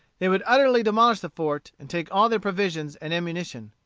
they would utterly demolish the fort and take all their provisions and ammunition.